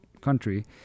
country